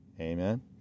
Amen